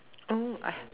oh I